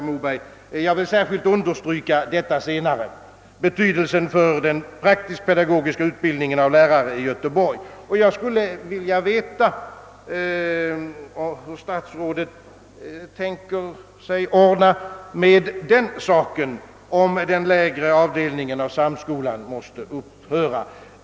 Jag vill, herr Moberg, särskilt understryka betydelsen för denna lärarutbildning. Jag skulle vilja veta, hur statsrådet tänker sig ordna den saken, om den lägre avdelningen av samskolan måste upphöra.